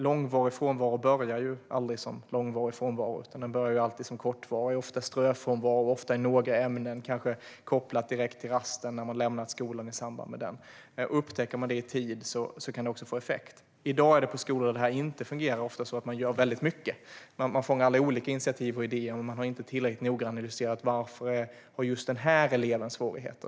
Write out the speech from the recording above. Långvarig frånvaro börjar ju aldrig som långvarig frånvaro utan som kortvarig ströfrånvaro, ofta i några ämnen och kanske i samband med rasten, när eleven lämnat skolan. Upptäcker man detta i tid kan det få effekt. På skolor där detta inte fungerar i dag är det ofta så att man gör väldigt mycket. Man fångar olika initiativ och idéer men har inte tillräckligt noga analyserat varför just denna elev har svårigheter.